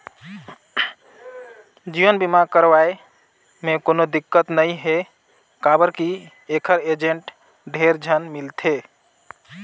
जीवन बीमा करवाये मे कोनो दिक्कत नइ हे काबर की ऐखर एजेंट ढेरे झन मिलथे